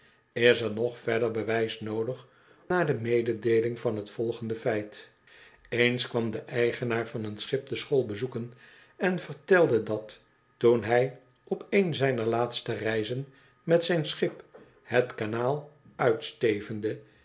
er nog verder bewijs noodig na de mededeeling van het volgende feit eens kwam de eigenaar van een schip de school bezoeken en vertelde dat toen hij op oen zijner laatste reizen met zijn schip het kanaal uitstevende